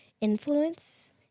influence